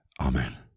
Amen